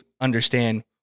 understand